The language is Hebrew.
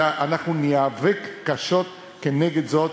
אלא אנחנו ניאבק קשות נגד זה,